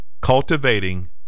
Cultivating